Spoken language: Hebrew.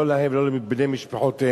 לא להם ולא לבני משפחותיהם.